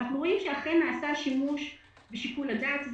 אנחנו רואים שאכן נעשה שימוש בשיקול הדעת הזה,